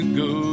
go